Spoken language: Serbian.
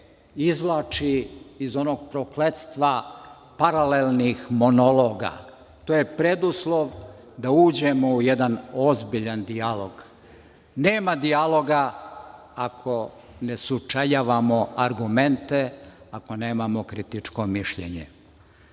izvlači iz onog prokletstva paralelnih monologa. To je preduslov da uđemo u jedan ozbiljan dijalog. Nema dijaloga ako ne sučeljavamo argumente, ako nemamo kritičko mišljenje. Hteo